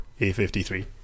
A53